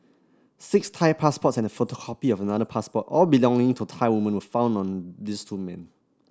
Six Thai passports and a photocopy of another passport all belonging to Thai women were found on this two men